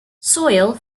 soil